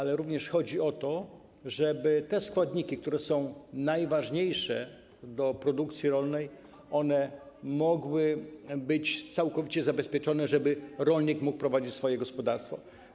Chodzi również o to, żeby te składniki, które są najważniejsze dla produkcji rolnej, mogły być całkowicie zabezpieczone, żeby rolnik mógł prowadzić swoje gospodarstwo.